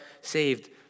saved